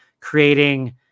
creating